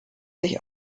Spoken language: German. sich